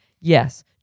yes